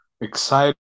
excited